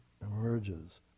emerges